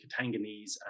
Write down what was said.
Katanganese